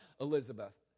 Elizabeth